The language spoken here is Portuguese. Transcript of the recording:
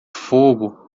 fogo